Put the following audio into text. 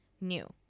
new